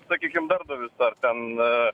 sakykim darbdavius ar ten